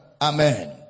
Amen